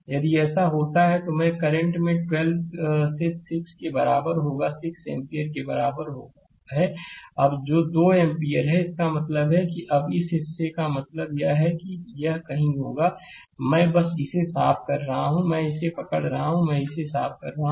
यदि ऐसा होता है तो मैं करंट में 12 से 6 के बराबर होगा 6 एम्पीयर के बराबर है जो 2 एम्पीयर है इसका मतलब है कि इस हिस्से का मतलब यह है कि यह कहीं होगा मैं बस मैं इसे साफ कर रहा हूं मैं बस पकड़ रहा हूं मैं इसे साफ कर रहा हूं